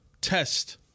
test